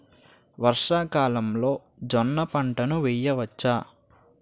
వర్షాకాలంలో జోన్న పంటను వేయవచ్చా?